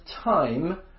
time